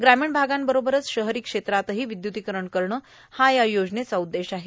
ग्रामीण भागांबरोबरच शहरी क्षेत्रातही विद्युतीकरण करणं हाच या योजनेचा उद्देश आहे